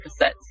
cassettes